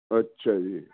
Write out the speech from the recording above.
ਅੱਛਾ ਜੀ